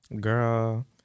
girl